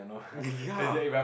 ya